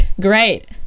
great